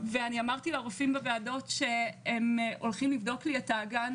ואני אמרתי לרופאים בוועדות שהם הולכים לבדוק לי את האגן